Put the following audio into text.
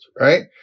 right